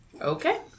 Okay